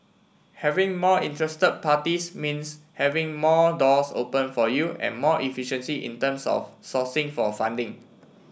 having more interested parties means having more doors open for you and more efficiency in terms of sourcing for funding